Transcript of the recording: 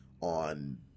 on